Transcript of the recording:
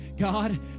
God